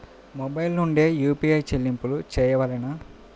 Mobile నుండే UPI చెల్లింపులు చేయవలెనా?